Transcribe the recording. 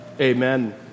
Amen